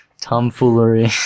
tomfoolery